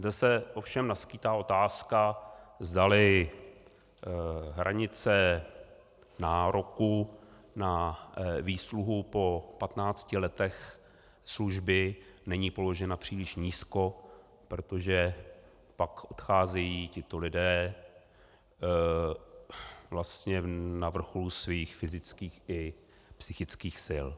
Zde se ovšem naskýtá otázka, zdali hranice nároků na výsluhu po 15 letech služby není položena příliš nízko, protože pak odcházejí tito lidé vlastně na vrcholu svých fyzických i psychických sil.